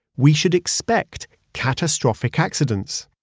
we should expect catastrophic accidents.